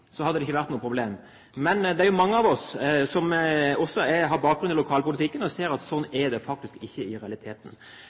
problem. Men det er jo mange av oss som også har bakgrunn fra lokalpolitikken, og som ser at